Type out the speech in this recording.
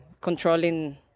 controlling